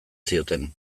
zioten